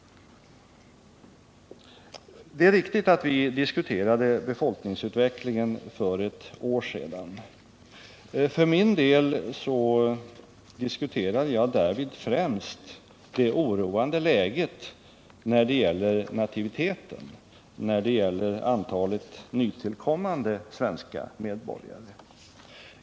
Det är riktigt att vi diskuterade befolkningsutvecklingen för ett år sedan. För min del diskuterade jag därvid det oroande läget beträffande nativiteten, antalet nytillkommande svenska medborgare.